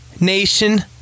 nation